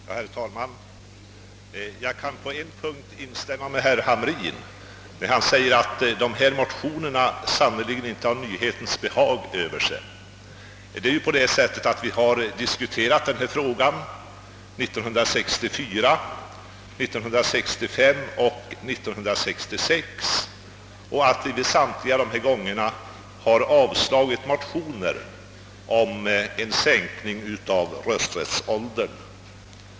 Herr talman! Jag kan på en punkt instämma med herr Hamrin i Jönköping, nämligen när han säger att dessa motioner sannerligen inte har nyhetens behag. Vi har diskuterat denna fråga åren 1964, 1965 och 1966 och vid samtliga dessa tillfällen avslagit motioner om en sänkning av rösträttsåldern.